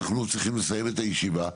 אנחנו צריכים לסיים את הישיבה.